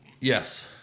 Yes